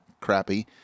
crappy